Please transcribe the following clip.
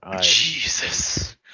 Jesus